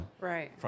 right